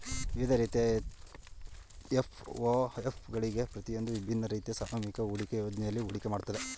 ವಿವಿಧ ರೀತಿಯ ಎಫ್.ಒ.ಎಫ್ ಗಳಿವೆ ಪ್ರತಿಯೊಂದೂ ವಿಭಿನ್ನ ರೀತಿಯ ಸಾಮೂಹಿಕ ಹೂಡಿಕೆ ಯೋಜ್ನೆಯಲ್ಲಿ ಹೂಡಿಕೆ ಮಾಡುತ್ತೆ